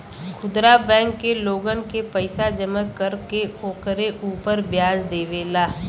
खुदरा बैंक लोगन के पईसा जमा कर के ओकरे उपर व्याज देवेला